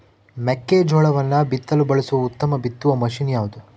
ಮೆಕ್ಕೆಜೋಳವನ್ನು ಬಿತ್ತಲು ಬಳಸುವ ಉತ್ತಮ ಬಿತ್ತುವ ಮಷೇನ್ ಯಾವುದು?